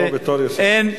אני פה בתור יושב-ראש.